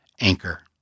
anchor